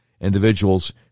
Individuals